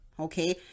Okay